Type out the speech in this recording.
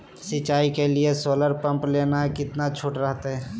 सिंचाई के लिए सोलर पंप लेना है कितना छुट रहतैय?